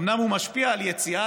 אומנם הוא משפיע על יציאת